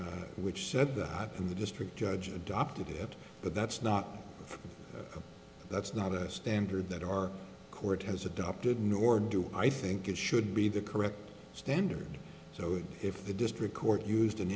pinion which said that in the district judge adopted it but that's not that's not a standard that our court has adopted nor do i think it should be the correct standard so if the district court used an